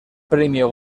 premio